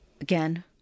Again